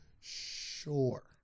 sure